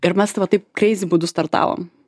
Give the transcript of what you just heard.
ir mes va taip kreizi būdu startavom